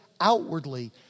outwardly